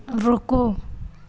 रुको